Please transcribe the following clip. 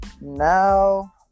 Now